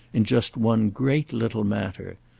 in just one great little matter,